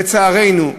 לצערנו,